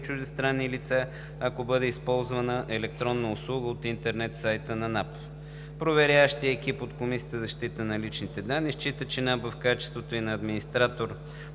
чуждестранни лица, ако бъде използвана електронна услуга от интернет сайта на НАП. Проверяващият екип от Комисията за защита на личните данни счита, че НАП, в качеството ѝ на администратор